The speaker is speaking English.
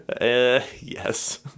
Yes